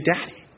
Daddy